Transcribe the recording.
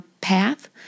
path